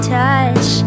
touch